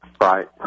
Right